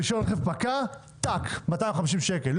רישיון הנפקה 250 שקלים.